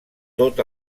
tot